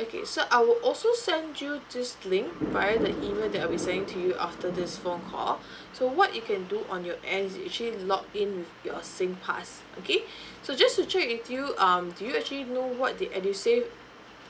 okay so I will also send you this link via the email that I'll be sending to you after this phone call so what you can do on your end is actually log in with your singpass okay so just to check with you um do you actually know what the edusave